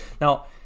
now